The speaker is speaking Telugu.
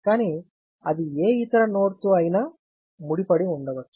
కానీ అది ఏ ఇతర నోడ్ తో అయినా ముడిపడి ఉండవచ్చు